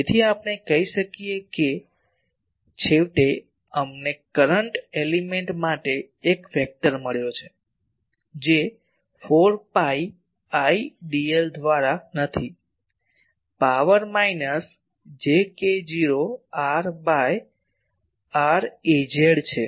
તેથી આપણે કરંટ ઘટક માટે A શોધ્યું જે મ્યુ નોટ ભાગ્યા 4 પાઈ Idl e ની power minus j k0 r ભાગ્યા r Az છે